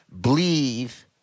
believe